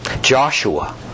Joshua